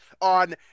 on